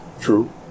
True